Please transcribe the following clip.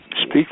Speak